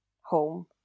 home